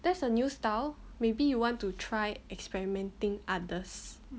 that's a new style maybe you want to try experimenting others